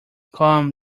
come